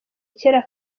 kera